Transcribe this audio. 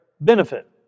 benefit